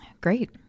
Great